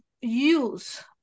use